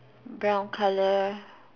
brown color